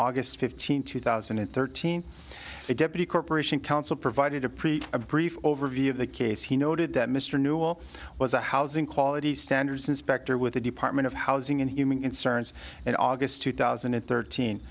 august fifteenth two thousand and thirteen a deputy corporation counsel provided to preach a brief overview of the case he noted that mr newell was a housing quality standards inspector with the department of housing and human in cern's in august two thousand and thirteen